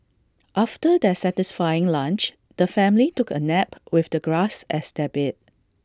after their satisfying lunch the family took A nap with the grass as their bed